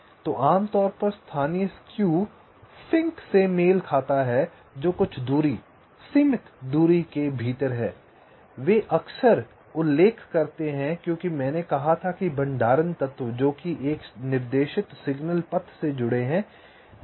तो आमतौर पर स्थानीय स्क्यू सिंक से मेल खाता है जो कुछ दूरी सीमित दूरी के भीतर हैं वे अक्सर उल्लेख करते हैं क्योंकि मैंने कहा था कि भंडारण तत्व जो एक निर्देशित सिग्नल पथ से जुड़े हैं